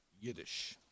Yiddish